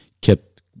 kept